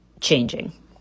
changing